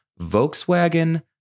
Volkswagen